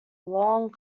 long